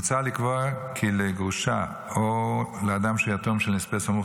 מוצע לקבוע כי לגרושה או לאדם שיתום של נספה סמוך